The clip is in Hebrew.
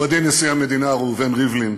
כפיים) מכובדי נשיא המדינה ראובן ריבלין,